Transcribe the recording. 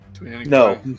No